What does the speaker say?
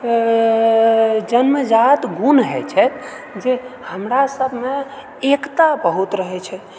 जन्मजात गुण होइत छै जे हमरा सभमे एकता बहुत रहैत छै